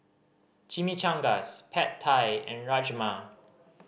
Chimichangas Pad Thai and Rajma